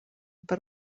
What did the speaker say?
per